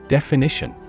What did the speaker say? Definition